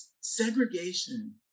segregation